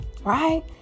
Right